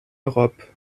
europe